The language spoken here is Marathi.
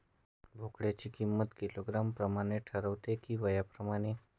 बोकडाची किंमत किलोग्रॅम प्रमाणे ठरते कि वयाप्रमाणे?